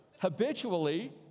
habitually